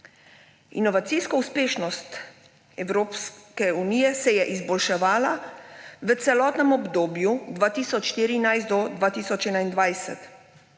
Inovacijska uspešnost Evropske unije se je izboljševala v celotnem obdobju 2014 do 2021.